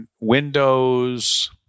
windows